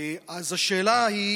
אדוני, השאלה: